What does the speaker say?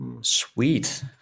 Sweet